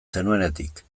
zenuenetik